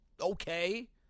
okay